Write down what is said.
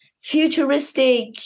futuristic